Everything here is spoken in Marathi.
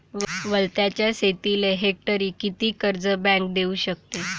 वलताच्या शेतीले हेक्टरी किती कर्ज बँक देऊ शकते?